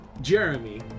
Jeremy